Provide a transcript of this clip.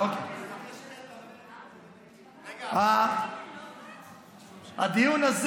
הדיון הזה